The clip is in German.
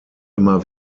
immer